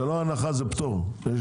זה לא הנחה אלא פטור באופן זמני.